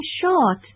short